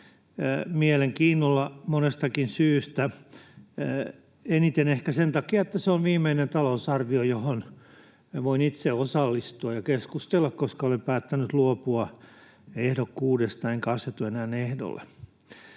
mielenkiinnolla monestakin syystä. Eniten ehkä sen takia, että se on viimeinen talousarvio, johon voin itse osallistua ja josta keskustella, koska olen päättänyt luopua ehdokkuudestani enkä asetu enää ehdolle.